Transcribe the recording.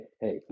hey